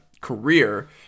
career